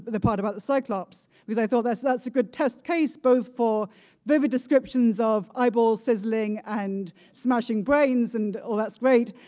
the part about the cyclops because i thought that's that's a good test case both for vivid descriptions of eyeballs sizzling and smashing brains and all that's great.